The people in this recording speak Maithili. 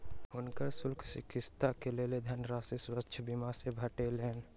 हुनकर शल्य चिकित्सा के लेल धनराशि स्वास्थ्य बीमा से भेटलैन